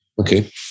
okay